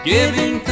Giving